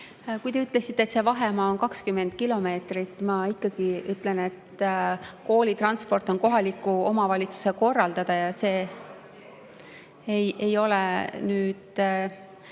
Kui te ütlesite, et see vahemaa on 20 kilomeetrit, siis ma ikkagi ütlen, et koolitransport on kohaliku omavalitsuse korraldada. Ja see (Hääl